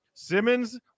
Simmons